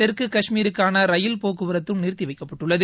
தெற்கு கஷ்மீருக்கான ரயில் போக்குவரத்தும் நிறுத்தி வைக்கப்பட்டுள்ளது